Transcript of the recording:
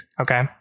Okay